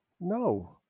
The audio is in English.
No